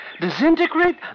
Disintegrate